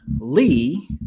Lee